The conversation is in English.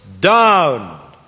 down